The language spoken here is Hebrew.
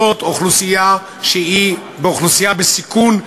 זאת אוכלוסייה שהיא אוכלוסייה בסיכון,